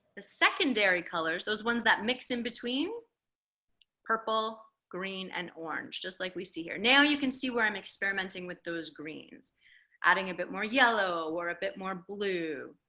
the secondary colors those ones that mix in between purple green and orange just like we see here now you can see where i'm experimenting with those greens adding a bit more yellow or a bit more blue